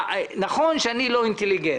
נכון שאני לא אינטליגנט,